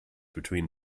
between